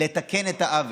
לתקן את העוול.